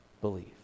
Believe